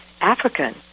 African